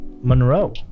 Monroe